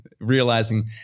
realizing